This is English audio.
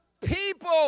People